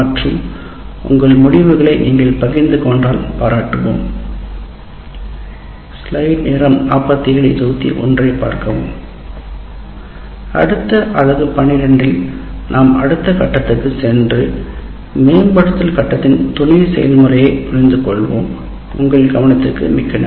மற்றும் உங்கள் முடிவுகளை நீங்கள் பகிர்ந்து கொண்டால் பாராட்டுவோம் அடுத்த அலகு 12 இல் நாம் அடுத்த கட்டத்திற்குச் சென்று செயல்படுத்தல் கட்டத்தின் துணை செயல்முறையைப் புரிந்துகொள்கிறோம் உங்கள் கவனத்திற்கு மிக்க நன்றி